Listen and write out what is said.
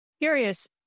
Curious